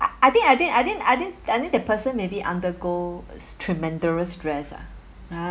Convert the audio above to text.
I think I didn't I didn't I didn't I think the person maybe undergo tremendous stress ah right